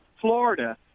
Florida